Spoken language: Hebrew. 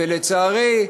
תודה רבה,